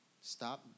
Stop